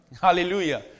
Hallelujah